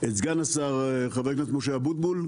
את סגן השר חה"כ משה אבוטבול,